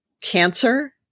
Cancer